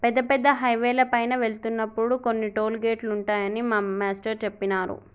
పెద్ద పెద్ద హైవేల పైన వెళ్తున్నప్పుడు కొన్ని టోలు గేటులుంటాయని మా మేష్టారు జెప్పినారు